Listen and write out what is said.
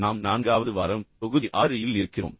நாம் நான்காவது வாரம் தொகுதி 6 இல் இருக்கிறோம்